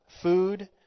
food